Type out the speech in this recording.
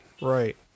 Right